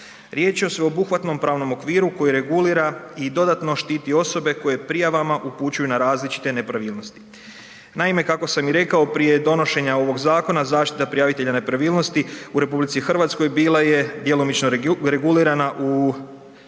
Riječ je o sveobuhvatnom pravnom okviru koji regulira i dodatno štiti osobe koje prijavama upućuju na različite nepravilnosti. Naime, kako sam i rekao, prije donošenja ovog zakona zaštita prijavitelja nepravilnosti u RH bila je djelomično regulirana u